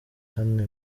kane